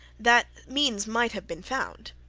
that means might have been found.